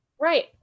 Right